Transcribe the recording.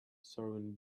serving